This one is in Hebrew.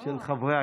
של חברת